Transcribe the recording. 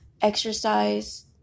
exercise